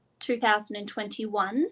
2021